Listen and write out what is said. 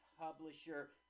publisher